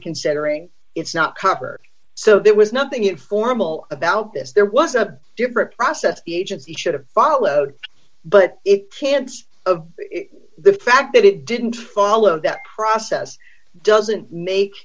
considering it's not copper so there was nothing informal about this there was a different process the agency should have followed but it can't of the fact that it didn't follow that process doesn't make